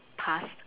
past